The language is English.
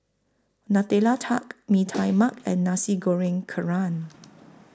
Nutella Tart Mee Tai Mak and Nasi Goreng Kerang